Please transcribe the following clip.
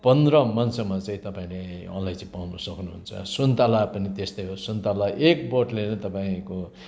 पन्ध्र मनसम्म चाहिँ तपाईँले अलैँची पाउनु सक्नुहुन्छ सुन्ताला पनि त्यस्तै हो सुन्ताला एक बोटले नै तपाईँको